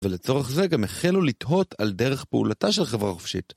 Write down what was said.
ולצורך זה גם החלו לתהות על דרך פעולתה של חברה חופשית.